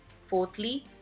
Fourthly